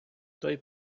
той